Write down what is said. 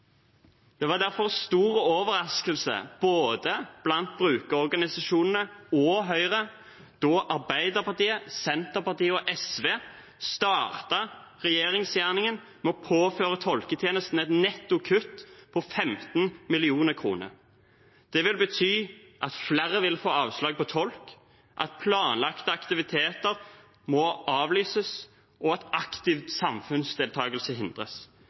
Det var derfor en stor overraskelse for både brukerorganisasjonene og Høyre da Arbeiderpartiet, Senterpartiet og SV startet regjeringsgjerningen med å påføre tolketjenesten et netto kutt på 15 mill. kr. Det vil bety at flere vil få avslag på tolk, at planlagte aktiviteter må avlyses, og at aktiv samfunnsdeltakelse hindres.